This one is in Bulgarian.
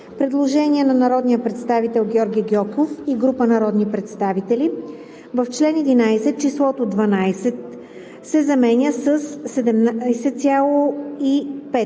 Предложение на народния представител Георги Гьоков и група народни представители: „В чл. 11 числото „12,00“ се заменя със